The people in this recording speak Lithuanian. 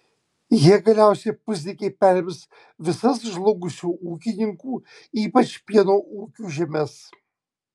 jie galiausiai pusdykiai perims visas žlugusių ūkininkų ypač pieno ūkių žemes